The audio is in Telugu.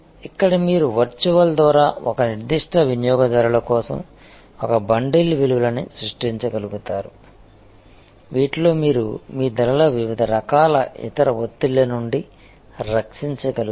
ఇక్కడ మీరు వర్చువల్ ద్వారా ఒక నిర్దిష్ట వినియోగదారుల కోసం ఒక బండిల్ విలువలని సృష్టించ గలుగుతారు వీటిలో మీరు మీ ధరలు వివిధ రకాల ఇతర ఒత్తిళ్ల నుండి రక్షించ గలుగుతారు